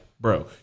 bro